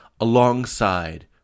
alongside